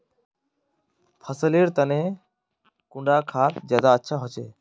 फसल लेर तने कुंडा खाद ज्यादा अच्छा होचे?